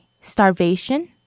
starvation